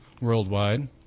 worldwide